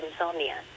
insomnia